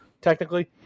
technically